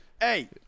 Hey